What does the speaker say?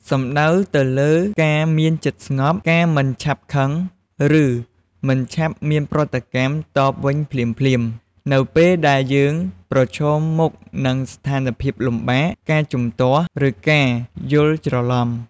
សំដៅទៅលើការមានចិត្តស្ងប់ ការមិនឆាប់ខឹង ឬមិនឆាប់មានប្រតិកម្មតបតវិញភ្លាមៗ នៅពេលដែលយើងប្រឈមមុខនឹងស្ថានភាពលំបាក ការជំទាស់ ឬការយល់ច្រឡំ។